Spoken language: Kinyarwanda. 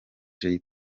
jay